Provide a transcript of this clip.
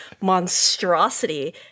monstrosity